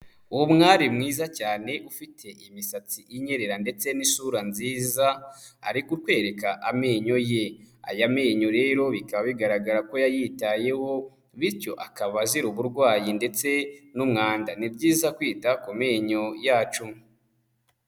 Umwari mwiza cyane ufite imisatsi inyerera ndetse n'isura nziza ari kutwereka amenyo ye, aya menyo rero bikaba bigaragara ko yayitayeho bityo akaba azira uburwayi ndetse n'umwanda, ni byiza kwita ku menyo yacu.